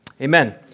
amen